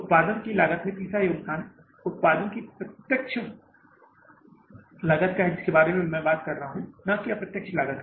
उत्पादन की लागत में तीसरा योगदान उत्पादन की प्रत्यक्ष लागत है जिसके बारे में मैं बात कर रहा हूं न कि अप्रत्यक्ष लागत